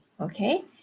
Okay